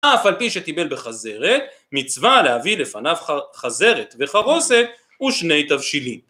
אף על פי שטיבל בחזרת, מצווה להביא לפניו חזרת וחרוסת ושני תבשילים